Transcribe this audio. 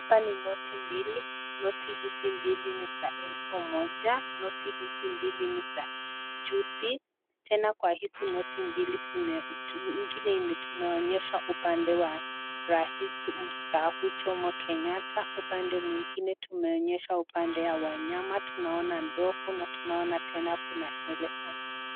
Hapa ni noti mbili. Noti hizi mbili ni za elfu moja. Noti hizi mbili ni za juzi. Tena kwa hizi noti mbili mwingine imetuumonyesha upande wa rais mstaafu Jomo Kenyatta. Upande mwingine tumeonyeshwa upande wa wanyama. Tunaona ndovu na tunaona tena kuna elephant .